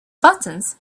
buttons